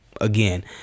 again